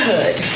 Hood